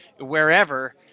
wherever